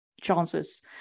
chances